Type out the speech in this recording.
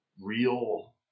real